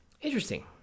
interesting